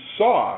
saw